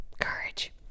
courage